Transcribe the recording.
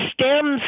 stems